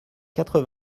quatre